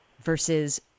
versus